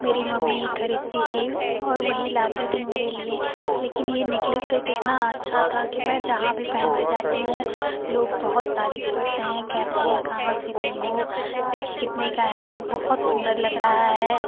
मेरी मम्मी ही खरीदती थी और वही लाती थी मेरे लिए लेकिन ये नेकलेस सेट इतना अच्छा था कि मैं जहाँ भी पहन के जाती हुँ लोग बहुत तारीफ करते हैं कहते हैं कहाँ से ली हो अब कितने का है बहुत सुन्दर लग रहा है